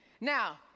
Now